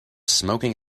smoking